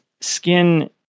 skin